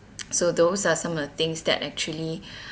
so those are some of the things that actually